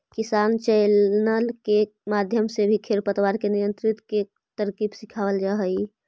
किसान चैनल के माध्यम से भी खेर पतवार के नियंत्रण के तरकीब सिखावाल जा हई